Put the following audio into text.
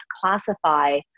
classify